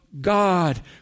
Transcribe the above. God